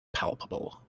palpable